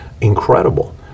incredible